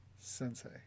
Sensei